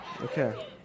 Okay